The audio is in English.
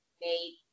made